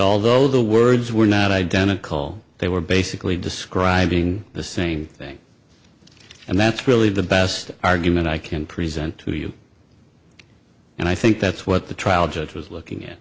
although the words were not identical they were basically describing the same thing and that's really the best argument i can present to you and i think that's what the trial judge was looking